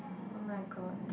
oh-my-god